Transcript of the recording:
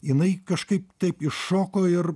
jinai kažkaip taip iššoko ir